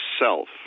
self